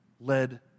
led